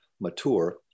mature